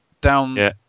down